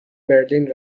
برلین